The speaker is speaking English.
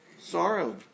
sorrow